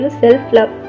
self-love